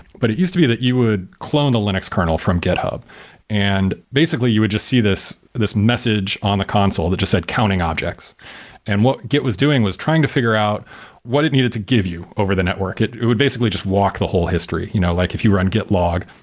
but it used to be that you would clone the linux kernel from github and basically you would just see this this message on the console that just said counting objects and what git was doing was trying to figure out what it needed to give you over the network. it it would basically just walk the whole history, you know like if you were on git log,